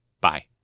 Bye